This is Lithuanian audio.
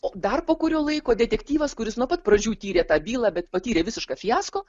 o dar po kurio laiko detektyvas kuris nuo pat pradžių tyrė tą bylą bet patyrė visišką fiasko